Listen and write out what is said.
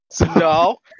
No